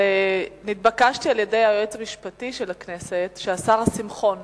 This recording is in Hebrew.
אבל נתבקשתי על-ידי היועץ המשפטי של הכנסת שהשר שמחון